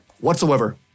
whatsoever